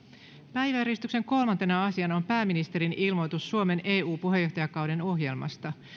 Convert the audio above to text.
päiväjärjestyksen kolmantena asiana on pääministerin ilmoitus suomen eu puheenjohtajakauden ohjelmasta